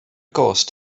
gost